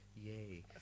yay